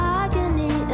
agony